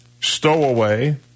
Stowaway